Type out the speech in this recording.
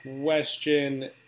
question